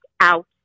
out